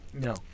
No